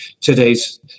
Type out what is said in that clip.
today's